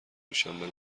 میشم، به